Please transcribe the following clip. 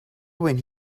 when